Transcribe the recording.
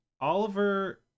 Oliver